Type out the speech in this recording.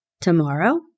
tomorrow